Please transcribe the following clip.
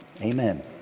Amen